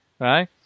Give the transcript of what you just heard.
Right